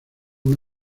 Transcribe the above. una